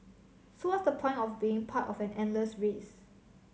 so what's the point of being part of an endless race